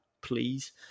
please